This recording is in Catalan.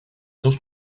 seus